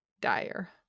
dire